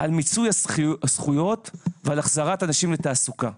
על מיצוי הזכויות ועל החזרת אנשים לתעסוקה.